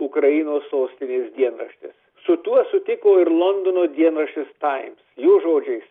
ukrainos sostinės dienraštis su tuo sutiko ir londono dienraštis taims jo žodžiais